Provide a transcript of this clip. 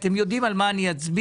ויודעים על מה אני אצביע,